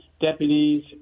deputies